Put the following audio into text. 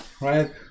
right